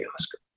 Oscar